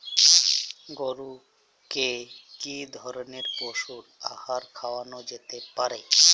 গরু কে কি ধরনের পশু আহার খাওয়ানো যেতে পারে?